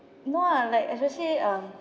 no ah like especially um